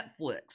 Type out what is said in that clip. Netflix